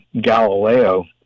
Galileo